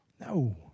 No